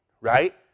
right